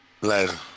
Later